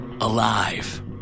alive